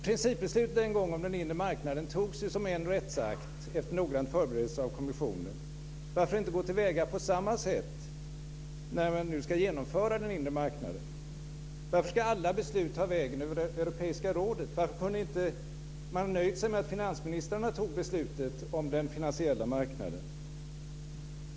Principbeslutet om den inre marknaden fattades en gång genom en rättsakt efter noggrann förberedelsen av kommissionen. Varför inte gå till väga på samma sätt när man nu ska genomföra den inre marknaden? Varför ska alla beslut ta vägen över det europeiska rådet? Varför kunde man inte nöjt sig med att finansministrarna fattade beslutet om den finansiella marknaden?